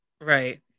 Right